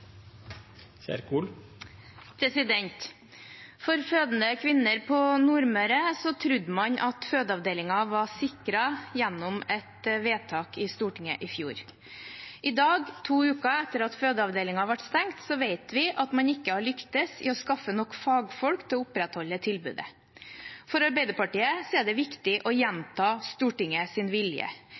dag. For fødende kvinner på Nordmøre trodde man at fødeavdelingen var sikret gjennom et vedtak i Stortinget i fjor. I dag, to uker etter at fødeavdelingen ble stengt, vet vi at man ikke har lyktes i å skaffe nok fagfolk til å opprettholde tilbudet. For Arbeiderpartiet er det viktig å gjenta Stortingets vilje: Det er regjeringens ansvar å sikre et tilbud der Stortinget